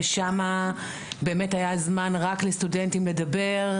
ושם באמת היה זמן רק לסטודנטים לדבר.